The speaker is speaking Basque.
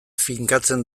finkatzen